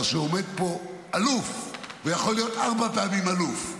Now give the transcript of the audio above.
אבל כשעומד פה אלוף, ויכול להיות ארבע פעמים אלוף,